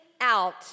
out